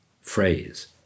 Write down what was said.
phrase